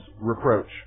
reproach